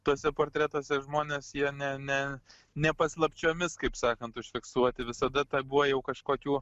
tuose portretuose žmonės jie ne ne ne paslapčiomis kaip sakant užfiksuoti visada ten buvo jau kažkokių